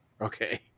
Okay